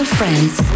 Friends